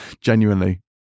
Genuinely